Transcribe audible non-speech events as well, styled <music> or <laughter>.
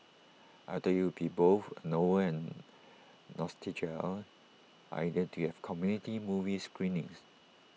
I thought IT would be both A novel and <unintelligible> idea to have community movie screenings